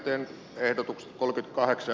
teen ehdotuksen kulki taakse